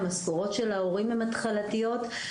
גם המשכורות של ההורים הן התחלתיות.